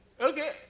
okay